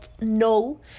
no